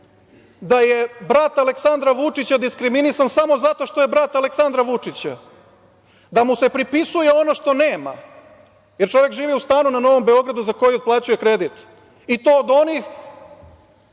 da je brat Aleksandra Vučića diskriminisan samo zato što je brat Aleksandra Vučića, da mu se pripisuje ono što nema, jer čovek živi u stanu na Novom Beogradu za koji otplaćuje kredit, i to od onih